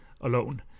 alone